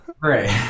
right